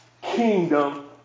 kingdom